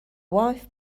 wife